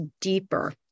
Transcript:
deeper